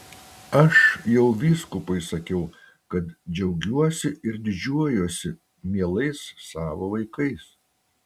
aš jau vyskupui sakiau kad džiaugiuosi ir didžiuojuosi mielais savo vaikais